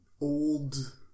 old